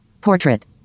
Portrait